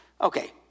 Okay